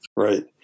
Right